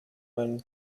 meinem